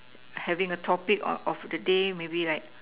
having a topic of of the day maybe like